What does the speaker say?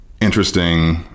interesting